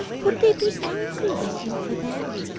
would they be angry with you for that